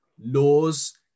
laws